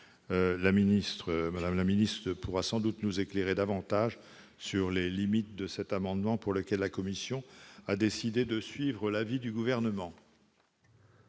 la ministre pourra sans doute nous éclairer davantage quant aux limites de cet amendement, pour lequel la commission a décidé de suivre l'avis du Gouvernement.